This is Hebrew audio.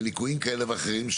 וליקויים כאלה ואחרים,